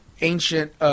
ancient